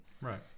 right